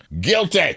guilty